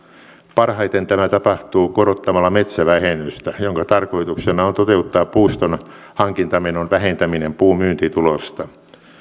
parhaiten tämä tapahtuu korottamalla metsävähennystä jonka tarkoituksena on toteuttaa puuston hankintamenon vähentäminen puun myyntitulosta